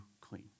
clean